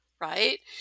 right